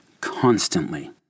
constantly